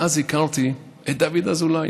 ואז הכרתי את דוד אזולאי,